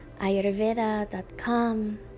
Ayurveda.com